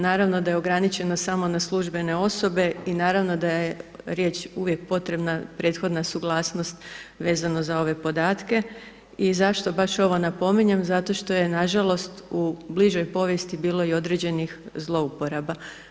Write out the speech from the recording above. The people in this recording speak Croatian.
Naravno da je ograničeno samo na službene osobe i naravno da je riječ uvijek potreba prethodna suglasnost vezana za ove podatke i zašto baš ovo napominjem, zato što je nažalost u bližoj povijesti bilo i određenih zlouporaba.